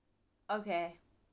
okay